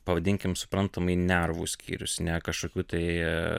pavadinkim suprantamai nervų skyrius ne kažkokių tai